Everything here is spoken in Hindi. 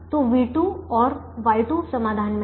तो v2 और Y2 समाधान में हैं